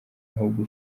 ahubwo